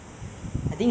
not actually bats